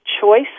choice